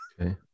okay